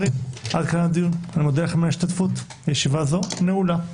תודה רבה, הישיבה נעולה.